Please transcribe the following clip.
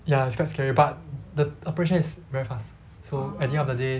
ya it's quite scary but the operation is very fast so at the end of the day